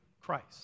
Christ